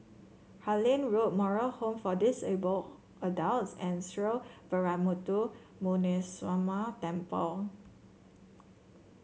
Harlyn Road Moral Home for Disabled Adults and Sree Veeramuthu Muneeswaran Temple